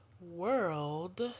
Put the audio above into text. world